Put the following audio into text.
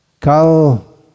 Kal